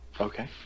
Okay